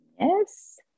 Yes